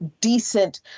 decent